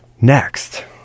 next